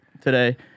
today